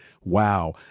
wow